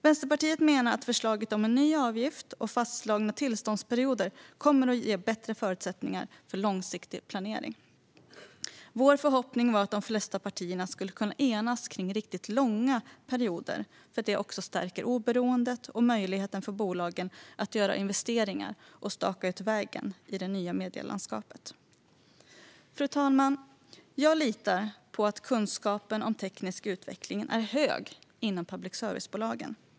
Vänsterpartiet menar att förslaget om en ny avgift och fastslagna tillståndsperioder kommer att ge bättre förutsättningar för långsiktig planering. Vår förhoppning var att de flesta partier skulle kunna enas kring riktigt långa perioder, då det också stärker oberoendet och möjligheten för bolagen att göra investeringar och staka ut vägen i det nya medielandskapet. Fru talman! Jag litar på att kunskapen om teknisk utveckling är hög inom public service-bolagen.